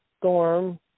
Storm